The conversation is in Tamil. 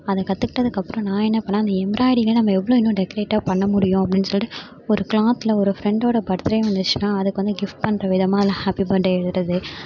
அதை கற்றுக்கிட்டதுக்கு அப்புறம் நான் என்ன பண்ணிணேன் அந்த எம்பிராய்டிங்கை நம்ம எவ்வளோ இன்னும் டெக்ரேட்டிவ்வாக பண்ண முடியும் அப்படின்னு சொல்லிட்டு ஒரு கிலாத்தில் ஒரு பிரென்ட்டோட பர்த் டே வந்துச்சுன்னால் அதுக்கு வந்து கிஃப்ட் பண்ணுற விதமாக அதில் ஹேப்பி பர்த் டே எழுதுவது